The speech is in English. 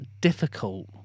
difficult